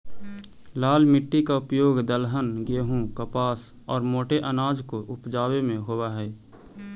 लाल मिट्टी का उपयोग दलहन, गेहूं, कपास और मोटे अनाज को उपजावे में होवअ हई